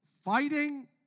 fighting